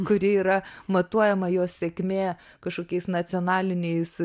kuri yra matuojama jos sėkmė kažkokiais nacionaliniais